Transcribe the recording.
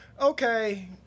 okay